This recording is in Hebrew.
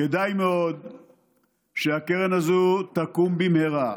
כדאי מאוד שהקרן הזאת תקום במהרה,